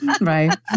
Right